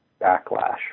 backlash